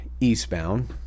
eastbound